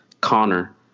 Connor